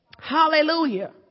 Hallelujah